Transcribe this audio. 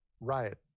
riot